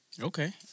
Okay